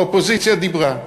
האופוזיציה דיברה.